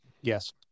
Yes